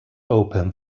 open